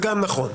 גם זה נכון.